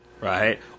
right